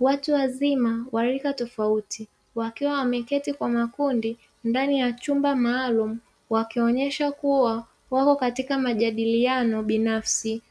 Watu wazima wa rika tofauti wakiwa wameketi kwa makundi ndani ya chumba maalumu, wakionyesha kuwa wako katika majadiliano binafsi,